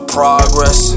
progress